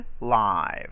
live